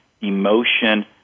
emotion